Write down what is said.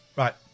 Right